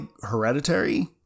Hereditary